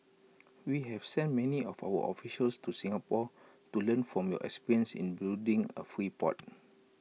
we have sent many of our officials to Singapore to learn from your experience in building A free port